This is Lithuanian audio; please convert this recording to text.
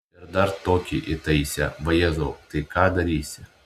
ir dar tokį įtaisė vajezau tai ką darysi